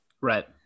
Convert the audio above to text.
right